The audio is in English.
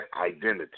identity